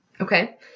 Okay